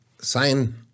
sign